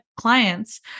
clients